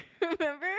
remember